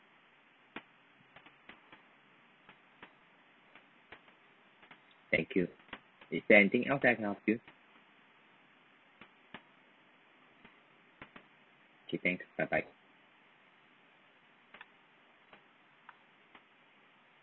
thank you is there anything else that I can help you okay thanks bye bye